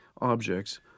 objects